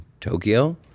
tokyo